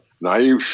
Naive